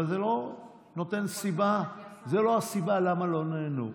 אבל זו לא הסיבה למה לא נענו.